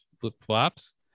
flip-flops